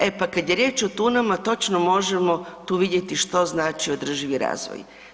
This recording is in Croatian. E pa kad je riječ o tunama, točno možemo tu vidjeti što znači održivi razvoj.